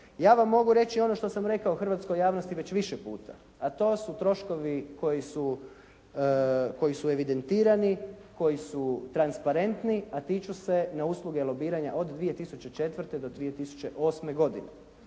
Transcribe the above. Ja vam mogu reći ono što sam rekao hrvatskoj javnosti već više puta, a to su troškovi koji su, koji su evidentirani, koji su transparetni a tiču se na usluge lobiranja od 2004. do 2008. godine.